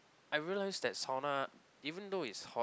I realise that sauna even though it's hot